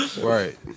Right